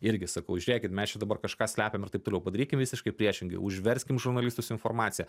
irgi sakau žiūrėkit mes čia dabar kažką slepiam ir taip toliau padarykim visiškai priešingai užverskim žurnalistus informacija